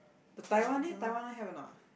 the Taiwan leh Taiwan have or not